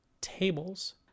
tables